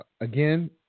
again